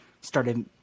started